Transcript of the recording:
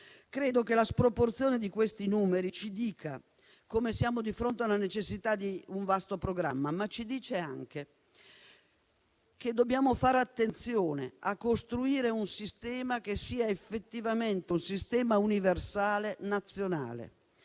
Credo che la sproporzione di questi numeri ci dica che siamo di fronte alla necessità di un vasto programma, ma anche che dobbiamo fare attenzione a costruire un sistema effettivamente universale nazionale,